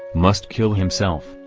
must kill himself,